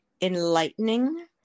enlightening